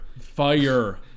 Fire